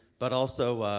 but also,